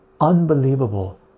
Unbelievable